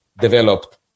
developed